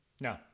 No